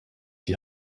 die